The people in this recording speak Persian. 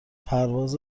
پرواز